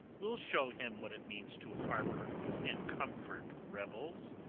we'll show him what it means to harbour and comfort rebels.